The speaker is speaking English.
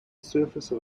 surface